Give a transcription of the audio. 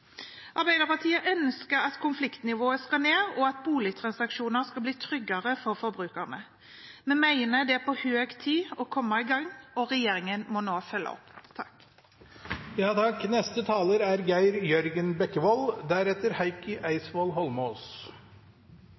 Arbeiderpartiet ønsker at konfliktnivået skal ned, og at boligtransaksjoner skal bli tryggere for forbrukerne. Vi mener at det er på høy tid å komme i gang. Regjeringen må nå følge opp.